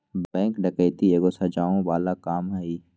bank डकैती एगो सजाओ बला काम हई